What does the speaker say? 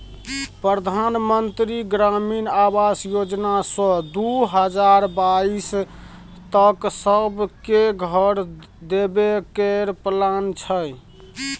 परधान मन्त्री ग्रामीण आबास योजना सँ दु हजार बाइस तक सब केँ घर देबे केर प्लान छै